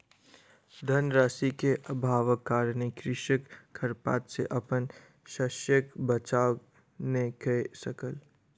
धन राशि के अभावक कारणेँ कृषक खरपात सॅ अपन शस्यक बचाव नै कय सकल